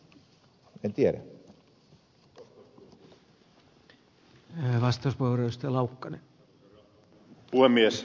arvoisa herra puhemies